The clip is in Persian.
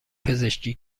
پزشکی